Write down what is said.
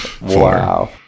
wow